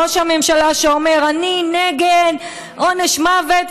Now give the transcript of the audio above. ראש הממשלה שאומר: אני נגד עונש מוות,